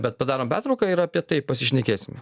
bet padarome pertrauką ir apie tai pasišnekėsime